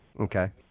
Okay